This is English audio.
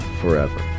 forever